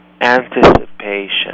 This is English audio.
anticipation